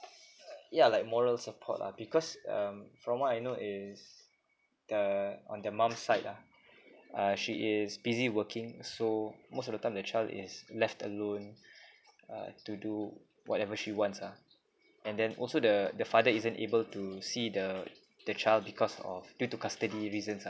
yeah like moral support lah because um from what I know is the on the mom side lah uh she is busy working so most of the time the child is left alone uh to do whatever she wants ah and then also the the father isn't able to see the the child because of due to custody reason